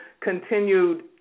continued